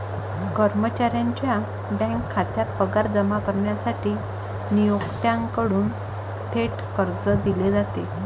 कर्मचाऱ्याच्या बँक खात्यात पगार जमा करण्यासाठी नियोक्त्याकडून थेट कर्ज दिले जाते